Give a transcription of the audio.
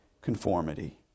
conformity